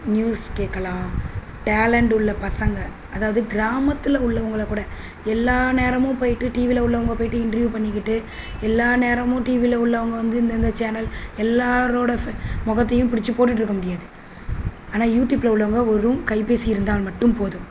news கேட்கலாம் talent உள்ள பசங்க அதாவது கிராமத்தில் உள்ளவங்களை கூட எல்லா நேரமும் போயிட்டு டிவியில் உள்ளவங்க போயிட்டு இன்ட்ரியூவ் பண்ணிகிட்டு எல்லா நேரமும் டிவியில் உள்ளவங்க வந்து இந்தந்த சேனல் எல்லோரோட ஃப் முகத்தையும் பிடிச்சி போட்டுட்டுருக்க முடியாது ஆனால் யூடியூப்பில் உள்ளவங்க வெறும் கைபேசி இருந்தால் மட்டும் போதும்